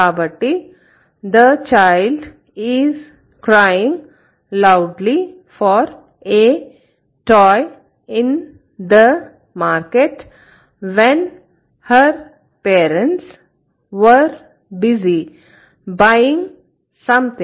కాబట్టి 'the child is crying loudly for a toy in the market when her parents were busy buying something